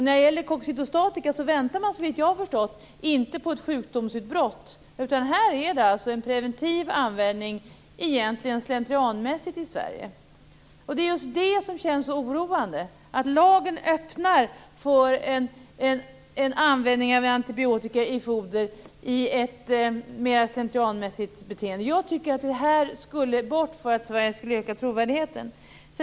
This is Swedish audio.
När det gäller coccidostatika väntar man inte, såvitt jag har förstått, på ett sjukdomsutbrott, utan det är egentligen fråga om en slentrianmässig användning av coccidostatika här i Sverige. Det som känns så oroande är att lagen öppnar för en mer slentrianmässig användning av antibiotika i foder. Jag tycker att detta borde försvinna för att Sverige skall öka trovärdigheten.